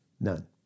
none